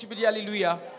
hallelujah